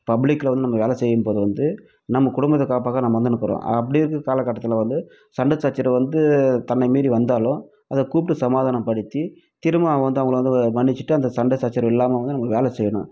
பப்ளிக்ல வந்து நம்ம வேலை செய்யும்போது வந்து நம்ம குடும்பத்தை காப்பாற்ற நம்ம வந்துன்னுக்கிறோம் அப்படி இருக்க காலகட்டத்தில் வந்து சண்டை சச்சரவு வந்து தன்னை மீறி வந்தாலும் அத கூப்பிட்டு சமாதானப்படுத்தி திரும்ப அவங்க வந்து அவங்கள வந்து மன்னிச்சிட்டு அந்த சண்டை சச்சரவு இல்லாமல் வந்து நம்ம வேலை செய்யணும்